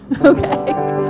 okay